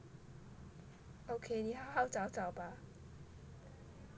okay 你好好找找吧